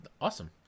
Awesome